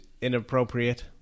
inappropriate